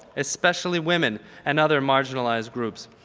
especially women and other marginalized groups.